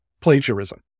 plagiarism